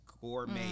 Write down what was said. gourmet